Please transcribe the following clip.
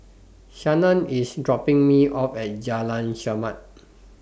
Shannan IS dropping Me off At Jalan Chermat